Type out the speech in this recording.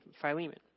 Philemon